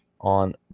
on